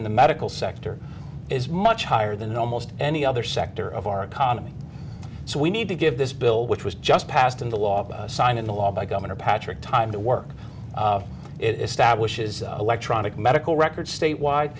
in the medical sector is much higher than almost any other sector of our economy so we need to give this bill which was just passed into law signed into law by governor patrick time to work it establishes electronic medical records statewide